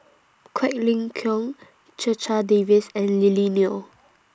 Quek Ling Kiong Checha Davies and Lily Neo